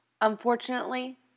Unfortunately